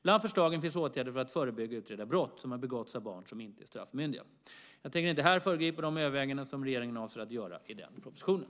Bland förslagen finns åtgärder för att förebygga och utreda brott som har begåtts av barn som inte är straffmyndiga. Jag tänker inte här föregripa de överväganden som regeringen avser att göra i den propositionen.